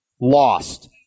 lost